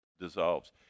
dissolves